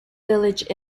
village